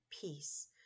peace